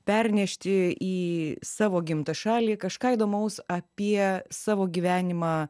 pernešti į savo gimtą šalį kažką įdomaus apie savo gyvenimą